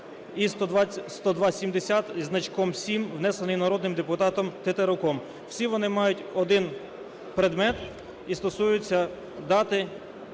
і 10270-7, внесений народним депутатом Тетеруком. Всі вони мають один предмет і стосуються дати,